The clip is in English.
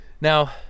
Now